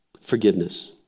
forgiveness